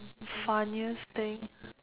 funniest thing